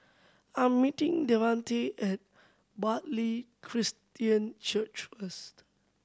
I'm meeting Devante at Bartley Christian Church first